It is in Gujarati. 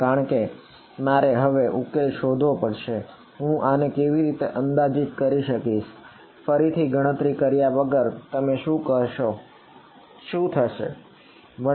અને હવે મારે ઉકેલ શોધવો પડશે કે હું આને કેવી રીતે અંદાજિત કરી શકીશ ફરીથી ગણતરી કાર્ય વગર તમે શું કહેશો કે શું થશે